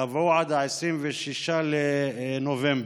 קבעו, עד 26 בנובמבר.